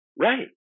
Right